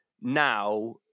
now